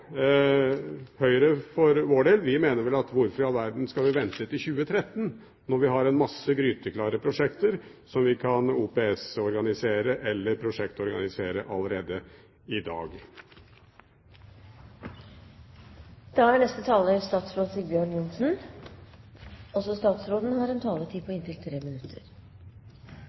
mener at hvorfor i all verden skal vi vente til 2013, når vi har mange gryteklare prosjekter som vi kan OPS-organisere eller prosjektorganisere allerede i dag. Jeg er